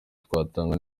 twatanga